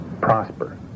prosper